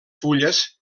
fulles